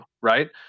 right